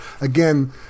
Again